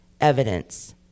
evidence